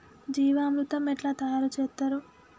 జీవామృతం ఎట్లా తయారు చేత్తరు?